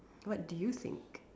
what do you think